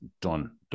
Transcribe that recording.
done